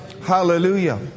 Hallelujah